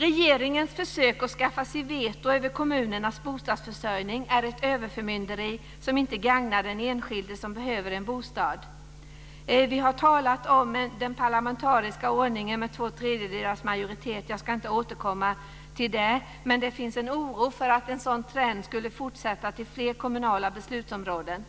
Regeringens försök att skaffa sig veto över kommunernas bostadsförsörjning är ett överförmynderi som inte gagnar den enskilde som behöver en bostad. Vi har talat om den parlamentariska ordningen med två tredjedelars majoritet. Jag ska inte återkomma till det. Men det finns en oro för att en sådan trend skulle fortsätta till fler kommunala beslutsområden.